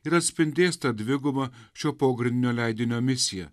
ir atspindės tą dvigubą šio pogrindinio leidinio misiją